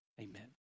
amen